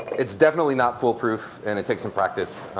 it's definitely not foolproof and it takes some practice.